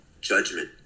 judgment